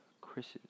Chris's